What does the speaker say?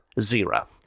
zero